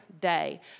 day